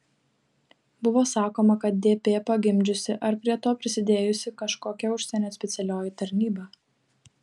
buvo sakoma kad dp pagimdžiusi ar prie to prisidėjusi kažkokia užsienio specialioji tarnyba